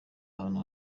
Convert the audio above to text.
ahantu